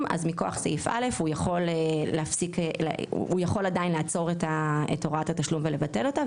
אז מכוח סעיף א' הוא יכול עדיין לעצור את הוראת התשלום ולבטל אותה,